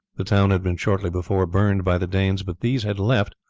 the town had been shortly before burned by the danes, but these had left,